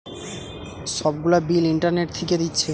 সব গুলা bill internet থিকে দিচ্ছে